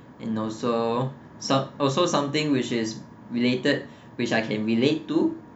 and also some also something which is related which I can relate to